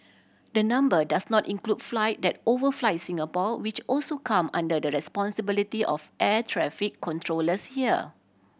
the number does not include flight that overfly Singapore which also come under the responsibility of air traffic controllers here